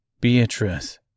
Beatrice